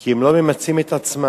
כי הם לא ממצים את עצמם,